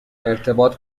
ارتباط